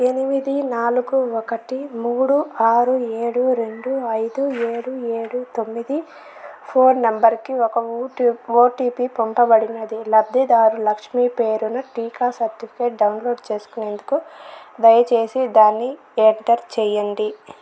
ఎనిమిది నాలుగు ఒకటి మూడు ఆరు ఏడు రెండు ఐదు ఏడు ఏడు తొమ్మిది ఫోన్ నంబరుకి ఒక ఊట్ ఓటిపి పంపబడినది లబ్ధిదారు లక్ష్మీ పేరున టీకా సర్టిఫికేట్ డౌన్లోడ్ చేసుకునేందుకు దయచేసి దాన్ని ఎంటర్ చేయండి